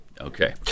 Okay